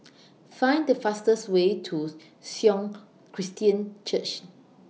Find The fastest Way to Sion Christian Church